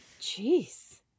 Jeez